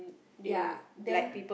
ya then